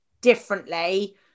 differently